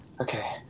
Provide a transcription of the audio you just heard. Okay